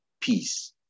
peace